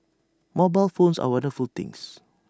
mobile phones are wonderful things